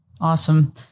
Awesome